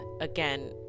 again